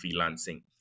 freelancing